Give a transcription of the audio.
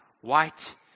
white